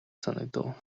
санагдав